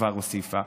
שכבר הוסיפה.